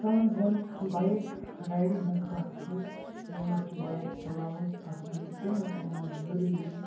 یوٚتام زَن bike riding ہٕنٛز کَتھ چھِ ییٚمہِ وقتہٕ بایک چَلاوان چھِ آسان تہٕ کٕمن کٕمن ضروٗری